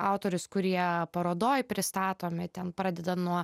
autorius kurie parodoj pristatomi ten pradedan nuo